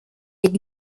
les